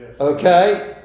Okay